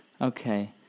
Okay